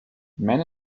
men